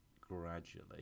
gradually